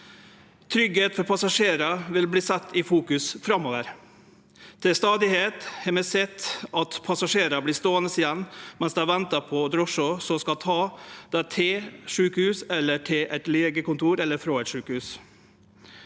Tryggleik for passasjerar vil verte sett i fokus framover. Til stadigheit har vi sett at passasjerar vert ståande igjen mens dei ventar på drosjer som skal ta dei til eit sjukehus, til eit legekontor eller frå eit sjukehus.